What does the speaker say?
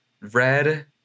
Red